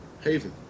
Haven